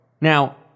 Now